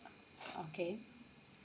okay